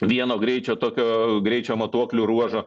vieno greičio tokio greičio matuoklių ruožo